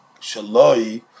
Shaloi